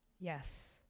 yes